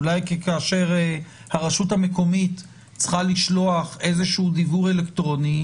אולי כאשר הרשות המקומית צריכה לשלוח איזה שהוא דיוור אלקטרוני,